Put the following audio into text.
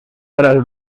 tras